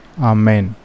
Amen